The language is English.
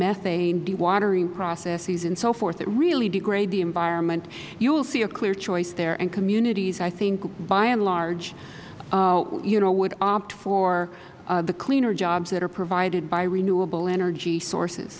methane dewatering processes and so forth that really degrade the environment you will see a clear choice there and communities by and large you know would opt for the cleaner jobs that are provided by renewable energy sources